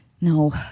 No